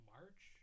March